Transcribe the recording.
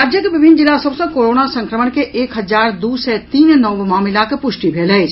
राज्यक विभिन्न जिला सभ सँ कोरोना संक्रमण के एक हजार दू सय तीन नव मामिलाक पुष्टि भेल अछि